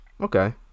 Okay